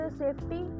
safety